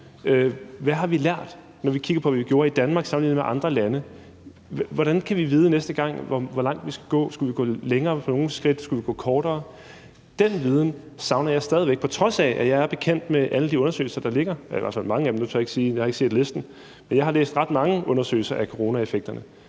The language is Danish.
Hvad har vi lært, når vi kigger på, hvad vi gjorde i Danmark sammenlignet med, hvad de gjorde i andre lande? Hvordan kan vi vide næste gang, hvor langt vi skal gå? Skulle vi gå længere, eller skulle vi gå kortere? Den viden savner jeg stadig væk, på trods af at jeg er bekendt med alle de undersøgelser, der ligger, eller i hvert fald mange af dem, for jeg har ikke set listen